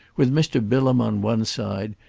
with mr. bilham on one side,